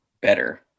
better